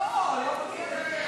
לא, לא מצליח,